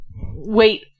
wait